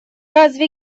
разве